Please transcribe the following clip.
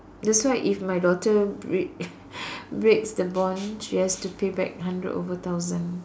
that's why if my daughter break breaks the bond she has to pay back a hundred over thousand